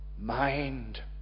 mind